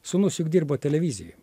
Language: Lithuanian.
sūnus juk dirbo televizijoj